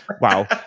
Wow